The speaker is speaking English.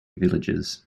villages